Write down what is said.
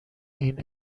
این